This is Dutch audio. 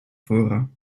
fora